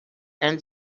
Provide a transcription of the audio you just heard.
and